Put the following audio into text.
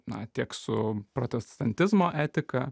na tiek su protestantizmo etika